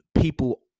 people